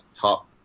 top